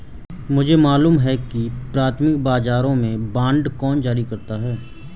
मुझे मालूम है कि प्राथमिक बाजारों में बांड कौन जारी करता है